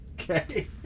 Okay